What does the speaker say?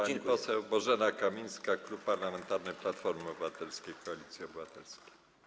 Pani poseł Bożena Kamińska, Klub Parlamentarny Platforma Obywatelska - Koalicja Obywatelska.